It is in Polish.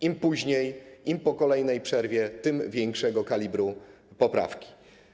Im później, po każdej kolejnej przerwie, tym większego kalibru poprawki.